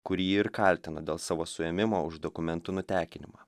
kurį ir kaltina dėl savo suėmimo už dokumentų nutekinimą